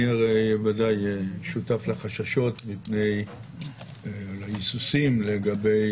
אני בוודאי שותף לחששות ולהיסוסים לגבי